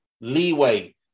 leeway